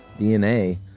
DNA